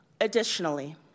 Additionally